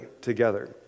together